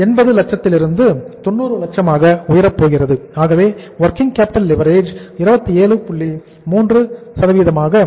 03 ஆக இருக்கும்